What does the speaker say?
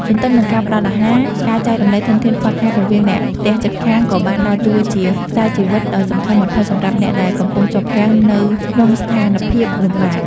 ទន្ទឹមនឹងការផ្ដល់អាហារ ការចែករំលែកធនធានខ្វះខាតរវាងអ្នកផ្ទះជិតខាង ក៏បានដើរតួជា ខ្សែជីវិត ដ៏សំខាន់បំផុតសម្រាប់អ្នកដែលកំពុងជាប់គាំងនៅក្នុងស្ថានភាពលំបាក។